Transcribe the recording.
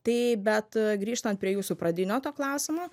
tai bet grįžtant prie jūsų pradinio to klausimo